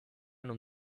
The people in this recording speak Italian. non